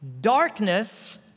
Darkness